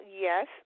yes